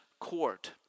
court